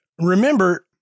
remember